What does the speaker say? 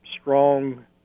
strong